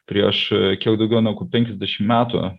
prieš kiek daugiau negu penkiasdešim metų